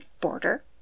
border